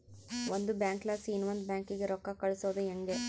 ಒಂದು ಬ್ಯಾಂಕ್ಲಾಸಿ ಇನವಂದ್ ಬ್ಯಾಂಕಿಗೆ ರೊಕ್ಕ ಕಳ್ಸೋದು ಯಂಗೆ